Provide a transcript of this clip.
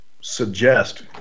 suggest